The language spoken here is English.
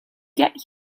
get